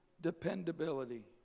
dependability